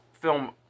film